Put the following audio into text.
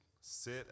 sit